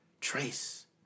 Trace